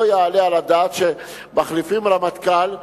לא יעלה על הדעת שמחליפים רמטכ"ל,